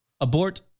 abort